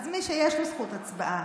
אז מי שיש לו זכות הצבעה.